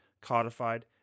codified